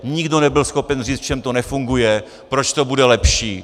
Nikdo nebyl schopen říct, v čem to nefunguje, proč to bude lepší.